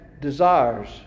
desires